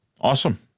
Awesome